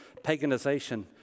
paganization